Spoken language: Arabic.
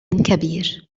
كبير